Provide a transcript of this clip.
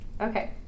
Okay